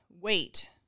wait